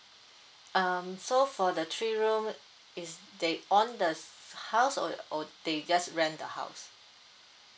um so for the three room is they owned the house or they just rent the house